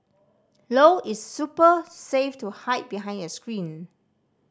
low its super safe to hide behind a screen